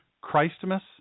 Christmas